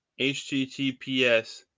https